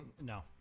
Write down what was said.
No